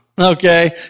Okay